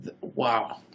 Wow